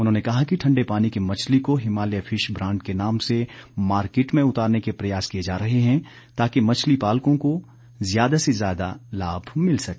उन्होंने कहा कि ठंडे पानी की मछली को हिमालय फिश ब्रांड के नाम से मार्किट में उतारने के प्रयास किए जा रहे हैं ताकि मछली पालकों को ज्यादा से ज्यादा लाभ मिल सके